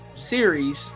series